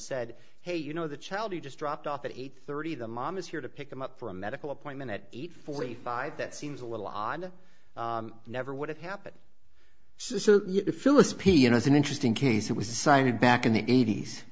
said hey you know the child you just dropped off at eight thirty the mom is here to pick them up for a medical appointment at eight forty five that seems a little odd i never would have happened phyllis p in as an interesting case it was signed back in the eight